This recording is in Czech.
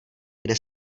kde